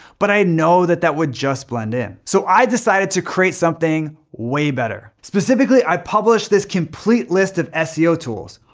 but i know that that would just blend in. so i decided to create something way better. specifically i published this complete list of seo tools.